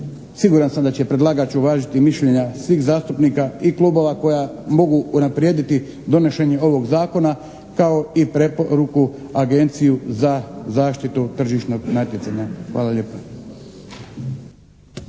Siguran sam da će predlagač uvažiti mišljenja svih zastupnika i klubova koja mogu unaprijediti donošenje ovog zakona kao i preporuku Agencije za zaštitu tržišnog natjecanja. Hvala lijepa.